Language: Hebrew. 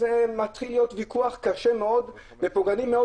מתחיל להיות ויכוח קשה מאוד ופוגעני מאוד,